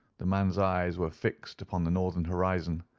the man's eyes were fixed upon the northern horizon.